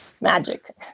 magic